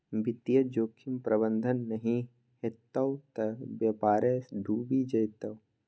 वित्तीय जोखिम प्रबंधन नहि हेतौ त बेपारे डुबि जेतौ